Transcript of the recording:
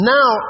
Now